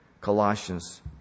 Colossians